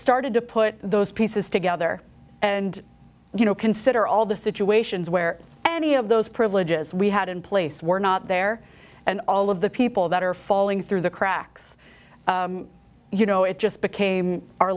started to put those pieces together and you know consider all the situations where any of those privileges we had in place were not there and all of the people that are falling through the cracks you know it just became our